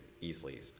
easily